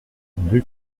deux